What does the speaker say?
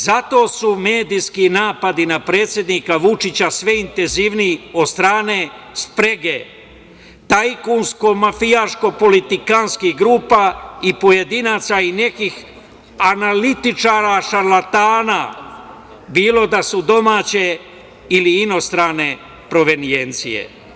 Zato su medijski napadi na predsednika Vučića sve intenzivniji od strane sprege tajkunsko-mafijaških politikantskih grupa i pojedinaca i nekih analitičara šarlatana, bilo da su domaće ili inostrane provenijencije.